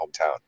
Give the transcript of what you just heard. hometown